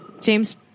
James